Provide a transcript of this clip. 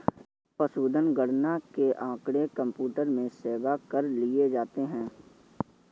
पशुधन गणना के आँकड़े कंप्यूटर में सेव कर लिए जाते हैं